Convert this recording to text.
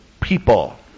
people